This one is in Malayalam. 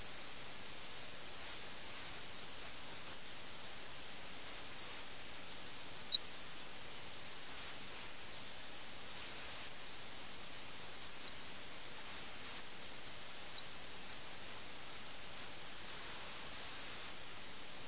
അതിനാൽ അവർ തങ്ങളുടെ വീടുകളിൽ നിന്ന് കള്ളന്മാരെപ്പോലെ രക്ഷപ്പെടുന്നു കൂടാതെ രാജാവിന്റെ പടയാളികളുടെ കണ്ണിൽ നിന്ന് രക്ഷപ്പെടാൻ അവർ ആഗ്രഹിക്കുന്നു കാരണം അവർ അവരെ പ്രഭുക്കന്മാരാണെന്ന് തിരിച്ചറിയുകയും അവരിൽ തെറ്റ് കണ്ടെത്തുകയും അല്ലെങ്കിൽ അവരുടെ കാര്യം ചെയ്യാൻ അവരെ നിർബന്ധിക്കുകയും ചെയ്യും